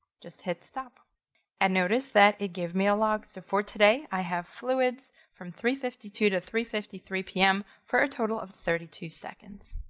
just hit stop and notice that it gave me a log. so for today, i have fluids from three fifty two to three fifty three pm for a total of thirty two seconds.